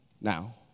Now